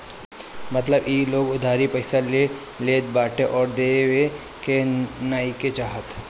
मतलब इ की लोग उधारी पईसा ले लेत बाटे आ देवे के नइखे चाहत